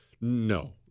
No